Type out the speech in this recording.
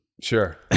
Sure